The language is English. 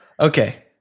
Okay